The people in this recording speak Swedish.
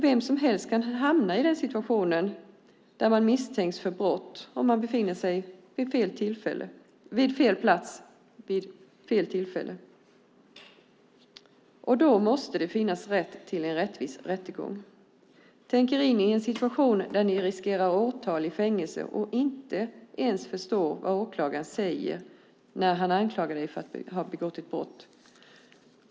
Vem som helst kan hamna i en situation där man misstänks för brott om man befinner sig på fel plats vid fel tillfälle, och då måste det finnas rätt till en rättvis rättegång. Tänk er in i en situation där ni riskerar åratal i fängelse och inte ens förstår vad åklagaren säger när han anklagar dig för att ha begått ett brott!